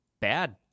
bad